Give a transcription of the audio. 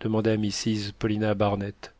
demanda mrs paulina barnett